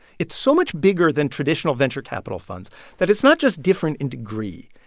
it's so much bigger than traditional venture capital funds that it's not just different in degree,